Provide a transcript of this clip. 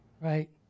Right